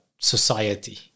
society